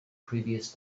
previous